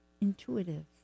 intuitive